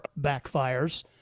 backfires